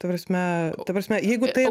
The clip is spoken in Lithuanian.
ta prasme ta prasme jeigu tai